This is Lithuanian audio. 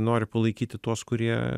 nori palaikyti tuos kurie